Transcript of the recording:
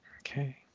Okay